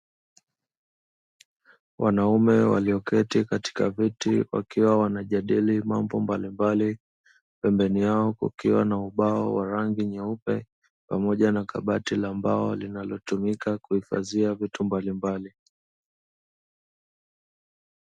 Wanaume walioketi katika viti wakiwa wanajadili mambo mbalimbali, pembeni yao kukiwa na ubao wa rangi nyeupe, pamoja na kabati la mbao linalotumika kuhifadhia vitu mbalimbali.